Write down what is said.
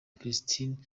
christine